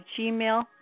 Gmail